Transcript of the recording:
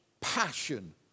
passion